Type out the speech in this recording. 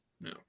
no